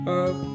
up